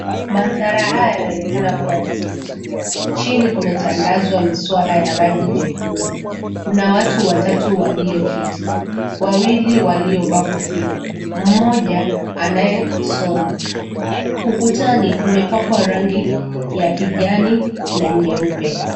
Maandhara haya yanaonekana kuwa msikiti, chini kumetandazwa miswala ya rangi jekundu kuna watu watatu walioketi wawili waliovaa kofia mmoja anayesoma ukutani kumepakwa rangi ya kijani na nyeupe.